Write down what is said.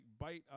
bite